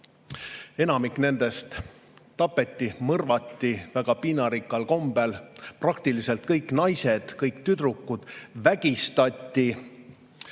Enamik nendest tapeti, mõrvati väga piinarikkal kombel. Praktiliselt kõik naised, kõik tüdrukud vägistati.